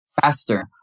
faster